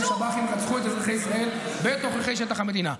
שבהם רצחו את אזרחי ישראל בתוככי שטח המדינה.